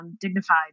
dignified